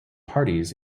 parties